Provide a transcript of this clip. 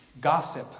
gossip